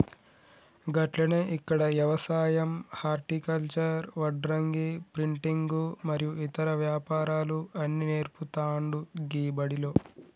గట్లనే ఇక్కడ యవసాయం హర్టికల్చర్, వడ్రంగి, ప్రింటింగు మరియు ఇతర వ్యాపారాలు అన్ని నేర్పుతాండు గీ బడిలో